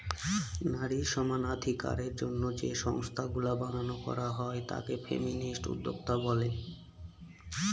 নারী সমানাধিকারের জন্য যে সংস্থাগুলা বানানো করা হয় তাকে ফেমিনিস্ট উদ্যোক্তা বলে